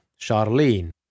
Charlene